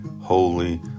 Holy